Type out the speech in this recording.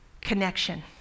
connection